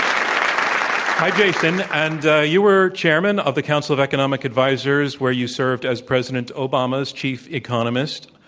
um jason, and you were chairman of the council of economic advisers, where you served as president obama's chief economist.